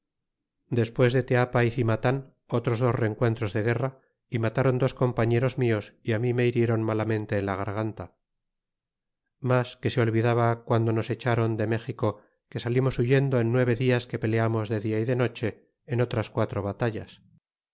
despues en teapa y cirnatan otros dos reneuentros de guerra y mataron dos compañeros mios y á mi me hirieron malamente en la garganta mas que se olvidaba guando nos echaron de méxico que salimos huyendo en nueve dias que peleamos de dia y de noche en otras quatro batallas